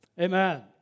Amen